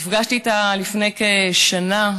נפגשתי איתה לפני כשנה,